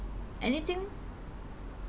anything